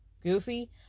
Goofy